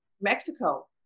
Mexico